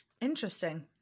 Interesting